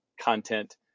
content